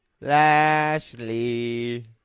Lashley